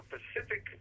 Pacific